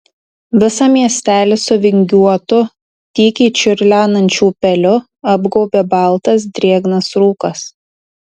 visą miesteli su vingiuotu tykiai čiurlenančiu upeliu apgaubė baltas drėgnas rūkas